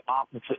opposite